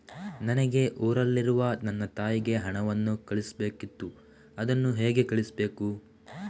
ನನಗೆ ಊರಲ್ಲಿರುವ ನನ್ನ ತಾಯಿಗೆ ಹಣವನ್ನು ಕಳಿಸ್ಬೇಕಿತ್ತು, ಅದನ್ನು ಹೇಗೆ ಕಳಿಸ್ಬೇಕು?